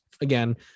again